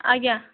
ଆଜ୍ଞା